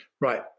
right